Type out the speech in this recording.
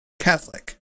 Catholic